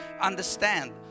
Understand